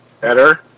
better